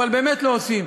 אבל באמת לא עושים.